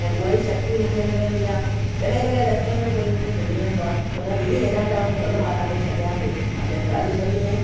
ऐं उहा ई शक्ति मूंखे मिलंदी आहे कॾहिं कॾहिं रस्ते में कोई मूंखे मिली वेंदो आहे चवंदो आहे दीदी केॾांहुं था वञो हलो मां तव्हांखे छॾियां थो मां चयो काॾे छॾींदें